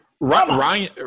Ryan